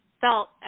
felt